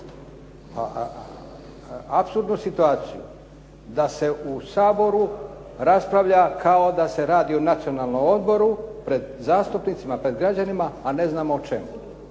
apsurdnu situaciju da se u Saboru raspravlja kao da se radi o nacionalnom odboru, pred zastupnicima, pred građanima a ne znamo o čemu.